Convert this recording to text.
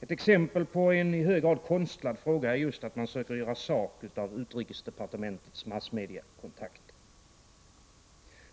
Ett exempel på en i hög grad konstlad fråga är just att man söker göra sak av utrikesdepartementets massmediakontakter.